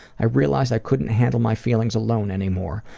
i realized i couldn't handle my feelings alone anymore.